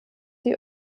die